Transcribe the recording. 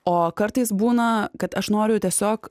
o kartais būna kad aš noriu tiesiog